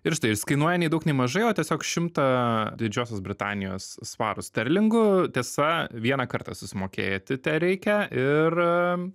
ir štai jis kainuoja nei daug nei mažai o tiesiog šimtą didžiosios britanijos svarų sterlingų tiesa vieną kartą susimokėti tereikia ir